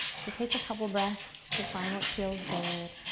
so take a couple breaths to find what feels good,